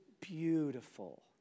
beautiful